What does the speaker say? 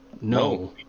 No